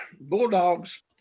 Bulldogs